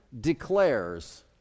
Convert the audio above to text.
declares